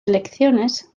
elecciones